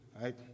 Right